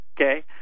okay